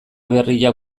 berriak